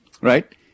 right